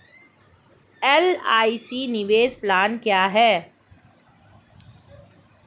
LIC निवेश plan क्या है?